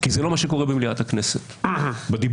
זה לא מה שקורה במליאת הכנסת, בדיבור.